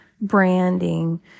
branding